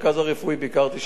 ביקרתי שם כמה פעמים,